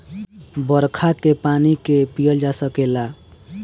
बरखा के पानी के पिअल जा सकेला